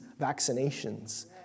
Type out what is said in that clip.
vaccinations